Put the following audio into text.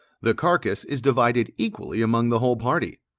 the carcase is divided equally among the whole party.